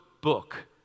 book